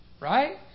right